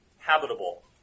Habitable